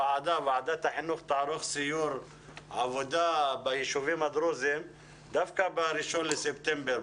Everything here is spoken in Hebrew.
ועדת החינוך תערוך סיור עבודה בישובים הדרוזים דווקא ב-1 בספטמבר,